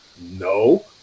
no